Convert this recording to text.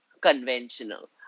conventional